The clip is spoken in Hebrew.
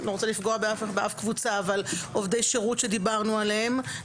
אני לא רוצה לפגוע באף קבוצה עובדי שירות שדיברנו עליהם,